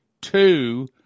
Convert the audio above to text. two